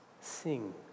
sing